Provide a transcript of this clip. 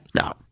No